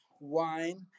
wine